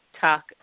talk